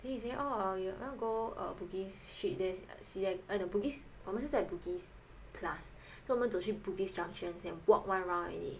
then he say orh you go wanna go err Bugis street there like see right the Bugis 我们是在 Bugis plus so 我们走去 Bugis junction 先 walk one round already